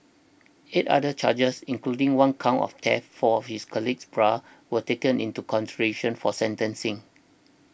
eight other charges including one count of theft for his colleague's bra were taken into consideration for sentencing